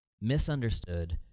misunderstood